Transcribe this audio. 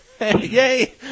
Yay